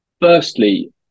Firstly